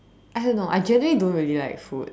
I don't know I generally don't really like food